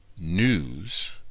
news